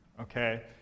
okay